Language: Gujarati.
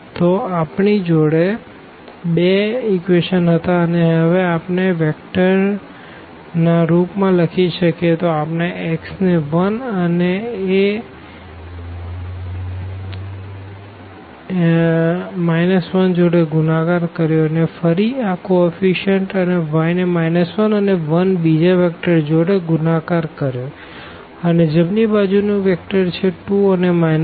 તો આપણી જોડે આ બે ઇક્વેશનો હતા અને હવે આપણે વેક્ટ ના રૂપ માં લખી શકીએ તો આપણે x ને 1 ના એ 1 જોડે ગુણાકાર કર્યો અને ફરી આ કો એફ્ફીશયનટસ અને y ને 1 અને 1 બીજા વેક્ટર જોડે ગુણાકાર કર્યો અને જમણી બાજુ નું વેક્ટર છે 2 ને 2